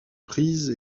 prise